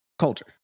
culture